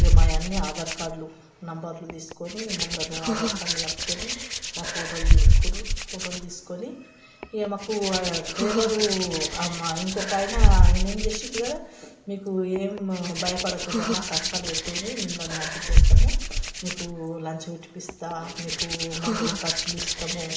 ఇంకా మా అవన్నీ ఆధార్ కార్డ్లు నెంబర్లు తీసుకొని మమ్మలను ఆధార్ కార్డులను పట్టుకొని మమ్మల్ని ఫోటోలు తీసుకున్నారు ఫోటోలు తీసుకొని ఇంకా మాకు డ్రైవరు ఇంకొక ఆయన ఆయన ఏం చేసాడు కదా మీరు ఏం భయపడకుండమ్మ సంతకాలు పెట్టండి మిమ్మల్ని పంపిచ్చేస్తాము మీకు లంచ్ ఇప్పిస్తాను మీకు మందుల ఖర్చులు ఇస్తాము